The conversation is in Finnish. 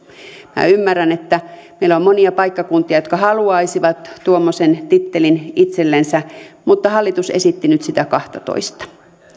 minä ymmärrän että meillä on monia paikkakuntia jotka haluaisivat tuommoisen tittelin itsellensä mutta hallitus esitti nyt sitä kahtatoista